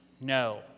no